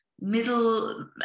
middle